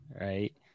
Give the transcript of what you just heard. right